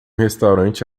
restaurante